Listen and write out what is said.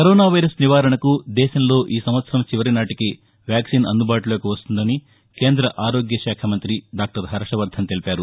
corona virus నివారణకు దేశంలో ఈ సంవత్సరం చివరినాటికి వ్యాక్సిన్ అందుబాటులోకి వస్తుందని కేంద్ర ఆరోగ్య శాఖ మంగ్రి దాక్టర్ హర్షవర్దన్ తెలిపారు